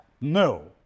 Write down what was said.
no